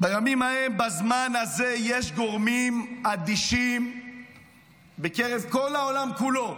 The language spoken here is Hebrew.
בימים ההם בזמן הזה יש גורמים אדישים בכל העולם כולו